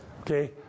Okay